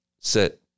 sit